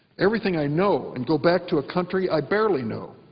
everything i know and go back to a country i barely know.